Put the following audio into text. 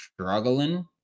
struggling